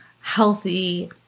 healthy